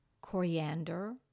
coriander